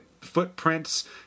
footprints